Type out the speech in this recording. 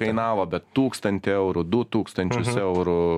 kainavo bet tūkstantį eurų du tūkstančius eurų